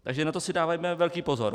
Takže na to si dávejme velký pozor.